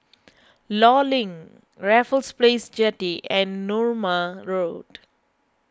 Law Link Raffles Place Jetty and Narooma Road